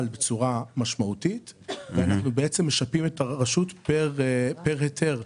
בצורה משמעותית ואנחנו בעצם משפים את הרשות פר היתר.